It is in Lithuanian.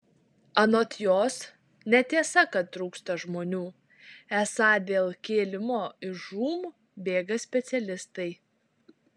anot jos netiesa kad trūksta žmonių esą dėl kėlimo iš žūm bėga specialistai